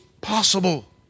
possible